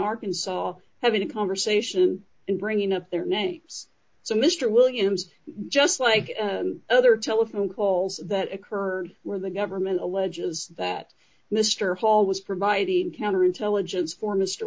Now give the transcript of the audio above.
arkansas having a conversation and bringing up their names so mr williams just like other telephone calls that occurred where the government alleges that mr hall was providing counterintelligence for m